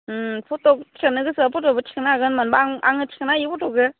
फट' उथिनो गोसोबा फट'बो थिखांनो हागोन मानोबा आं आंबो थिखांनो हायो फट'खौ